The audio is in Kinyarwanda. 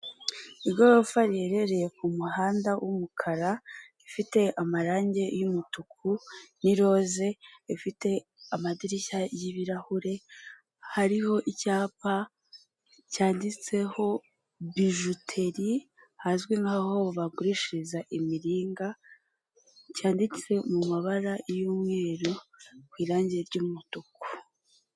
Igorofa riherereye ku muhanda w'umukara ifite amarangi y'umutuku n'iroza ifite amadirishya y'ibirahure hariho icyapa cyanditseho bijuteri hazwi nkaho bagurishiriza imiringa cyanditse mu mabara y'umweru ku irangi ry'umutuku.